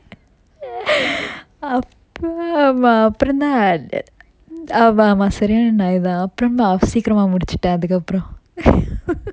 அப்புறமா அப்புறந்தான் ஆமா ஆமா சரியான நாய் தான் அப்புறமா சீக்கிரமா முடிச்சுடன் அதுக்கப்புறம்:appurama appuranthan aama aama sariyana nay thaan appurama seekirama mudichutan athukkappuram